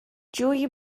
جویی